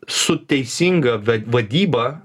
su teisinga vadyba